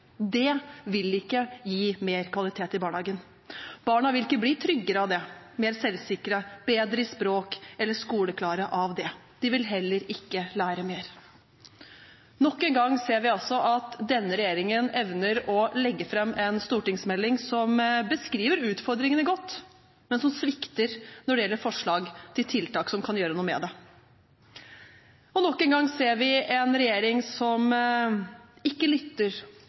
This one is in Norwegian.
Det vil ikke gi mer kvalitet i barnehagen. Barna vil ikke bli tryggere av det, mer selvsikre, bedre i språk eller skoleklare av det. De vil heller ikke lære mer. Nok en gang ser vi at denne regjeringen evner å legge fram en stortingsmelding som beskriver utfordringene godt, men som svikter når det gjelder forslag til tiltak som kan gjøre noe med det. Og nok en gang ser vi en regjering som ikke lytter